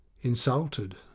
insulted